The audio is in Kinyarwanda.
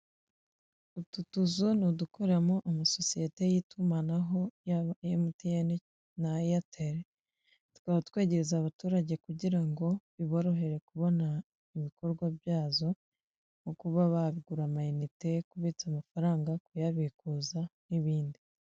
Utu tuzu ni udukoreramo amasosiyete y'itumanaho yaba Emutiyeni na Eyateri. Tukaba twegerezwa abaturage kugira ngo biborohere kubona ibikorwa byazo nko kuba bagura amayinite, kubitsa amafaranga, kuyabikuza n'ibindi.